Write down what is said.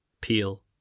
Peel